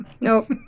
Nope